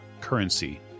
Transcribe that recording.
currency